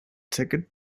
ticket